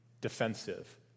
defensive